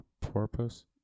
porpoise